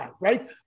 right